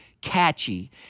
catchy